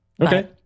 Okay